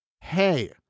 hey